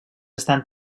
estan